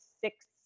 six